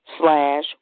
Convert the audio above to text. slash